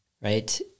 right